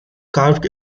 carved